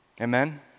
Amen